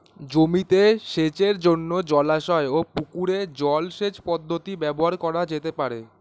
জমিতে সেচের জন্য জলাশয় ও পুকুরের জল সেচ পদ্ধতি ব্যবহার করা যেতে পারে?